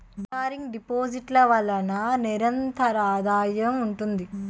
recurring deposit ల వలన నిరంతర ఆదాయం ఉంటుంది